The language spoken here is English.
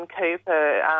Cooper